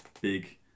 big